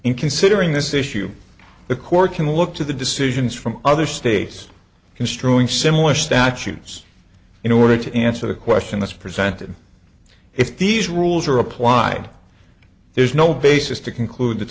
in considering this issue the court can look to the decisions from other states construing similar statutes in order to answer the question that's presented if these rules are applied there's no basis to conclude that